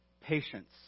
patience